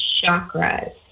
chakras